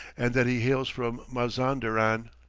and that he hails from mazanderan.